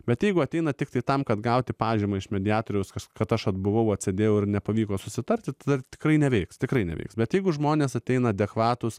bet jeigu ateina tiktai tam kad gauti pažymą iš mediatoriaus kas kad aš atbuvau atsėdėjau ir nepavyko susitarti tad tikrai neveiks tikrai neveiks bet jeigu žmonės ateina adekvatūs